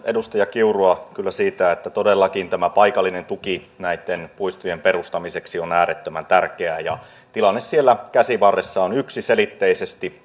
edustaja kiurua kyllä siitä että todellakin tämä paikallinen tuki näitten puistojen perustamiseksi on on äärettömän tärkeää ja tilanne siellä käsivarressa on yksiselitteisesti